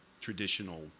traditional